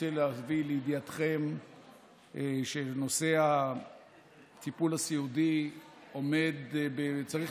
רוצה להביא לידיעתכם שנושא הטיפול הסיעודי צריך